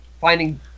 finding